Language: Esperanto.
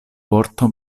vorto